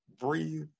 breathe